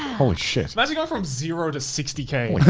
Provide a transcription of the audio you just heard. holy shit! how'd you go from zero to sixty k. yeah.